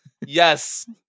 Yes